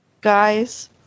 guys